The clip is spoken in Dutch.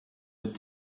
het